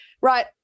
Right